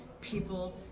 people